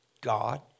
God